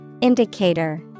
Indicator